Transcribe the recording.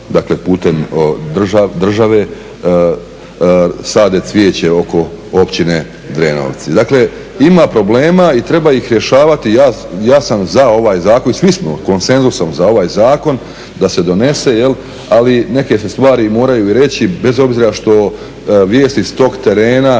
zaposleni putem države sade cvijeće oko Općine Drenovci. Dakle ima problema i treba ih rješavati. Ja sam za ovaj zakon i svi smo konsenzusom za ovaj zakon da se donese, ali neke se stvari moraju i reći, bez obzira što vijesti s tog terena